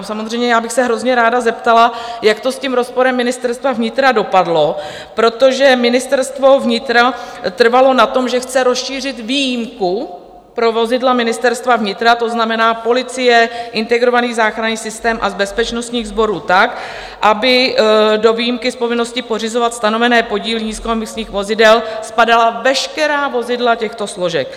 Samozřejmě bych se hrozně ráda zeptala, jak to s tím rozporem Ministerstva vnitra dopadlo, protože Ministerstvo vnitra trvalo na tom, že chce rozšířit výjimku pro vozidla Ministerstva vnitra to znamená policie, integrovaného záchranného systému a bezpečnostních sborů tak, aby do výjimky z povinnosti pořizovat stanovené podíly nízkoemisních vozidel spadala veškerá vozidla těchto složek.